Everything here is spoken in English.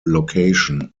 location